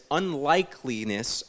unlikeliness